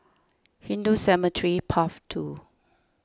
Hindu Cemetery Path two